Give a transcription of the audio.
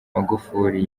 magufuli